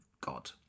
God